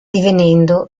divenendo